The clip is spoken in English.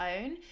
own